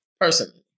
personally